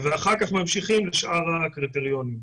ואחר כך ממשיכים לשאר הקריטריונים.